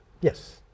Yes